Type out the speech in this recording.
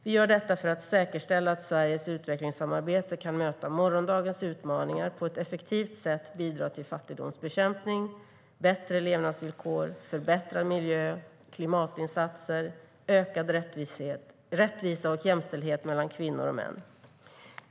Vi gör detta för att säkerställa att Sveriges utvecklingssamarbete kan möta morgondagens utmaningar och på ett effektivt sätt bidra till fattigdomsbekämpning, bättre levnadsvillkor, förbättrad miljö, klimatinsatser, ökad rättvisa och jämställdhet mellan kvinnor och män.